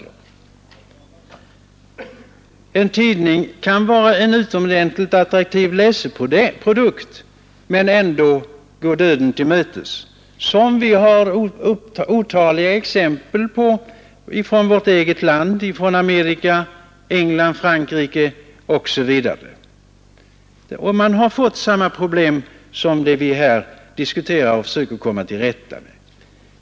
En tidning kan vara en utomordentligt attraktiv läseprodukt men ändå gå döden till mötes, något som vi har otaliga exempel på från vårt eget land, från Amerika, England, Frankrike osv. Man har där haft samma problem som vi nu diskuterar och försöker komma till rätta med.